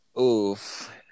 Oof